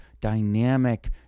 dynamic